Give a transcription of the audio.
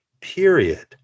period